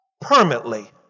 permanently